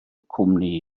cwmni